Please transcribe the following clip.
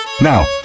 Now